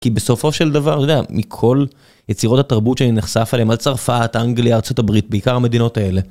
כי בסופו של דבר, אתה יודע, מכל יצירות התרבות שאני נחשף עליהן, על צרפת, אנגליה, ארצות הברית, בעיקר המדינות האלה.